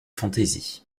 fantaisie